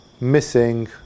missing